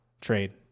trade